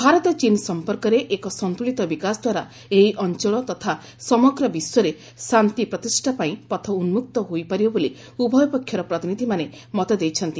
ଭାରତ ଚୀନ ସମ୍ପର୍କରେ ଏକ ସନ୍ତ୍ରଳିତ ବିକାଶଦ୍ୱାରା ଏହି ଅଞ୍ଚଳ ତଥା ସମଗ୍ର ବିଶ୍ୱରେ ଶାନ୍ତି ପ୍ରତିଷ୍ଠା ପାଇଁ ପଥ ଉନୁକ୍ତ ହୋଇପାରିବ ବୋଲି ଉଭୟ ପକ୍ଷର ପ୍ରତିନିଧ୍ୟମାନେ ମତ ଦେଇଛନ୍ତି